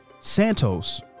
Santos